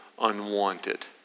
unwanted